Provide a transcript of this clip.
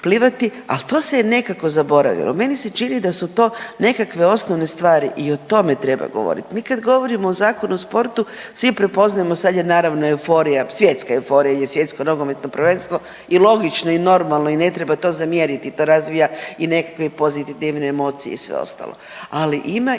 ali to se je nekako zaboravilo. Meni se čini da su to nekakve osnovne stvari i o tome treba govoriti. Mi kad govorimo o Zakonu o sportu, svi prepoznajemo, sad je naravno, euforija, svjetska euforija jer je Svjetsko nogometno prvenstvo i logično i normalno i ne treba to zamjeriti, to razvija i nekakve i pozitivne emocije i sve ostalo, ali ima